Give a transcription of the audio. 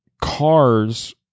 cars